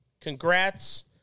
congrats